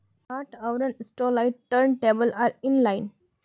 गांठ आवरण satellite turn table are in line